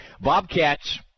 Bobcats